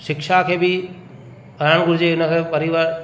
शिक्षा खे बि हलणु घुरिजे हिन करे परिव